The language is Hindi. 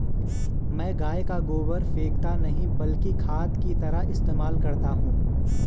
मैं गाय का गोबर फेकता नही बल्कि खाद की तरह इस्तेमाल करता हूं